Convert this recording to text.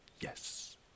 Yes